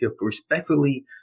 respectfully